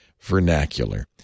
vernacular